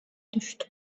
düştü